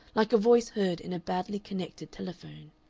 like a voice heard in a badly connected telephone.